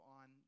on